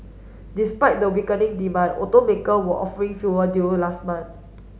despite the weakening demand automaker were offering fewer deal last month